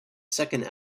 second